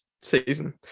season